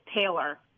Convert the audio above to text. Taylor